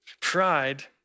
Pride